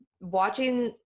watching